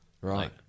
Right